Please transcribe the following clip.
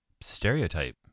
stereotype